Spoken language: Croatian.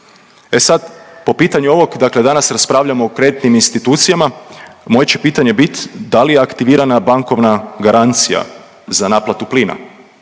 E sad po pitanju ovog dakle danas raspravljamo o kreditnim institucijama, moje će pitanje bit da li je aktivirana bankovna garancija za naplatu plina?